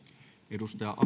arvoisa